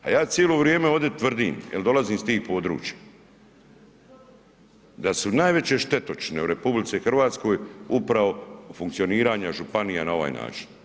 A ja cijelo vrijeme ovdje tvrdim, jel dolazim iz tih područja, da su najveće štetočine u RH upravo funkcioniranje županija na ovaj način.